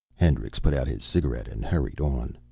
hendricks put out his cigarette and hurried on.